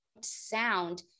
sound